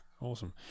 awesome